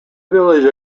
village